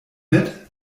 mit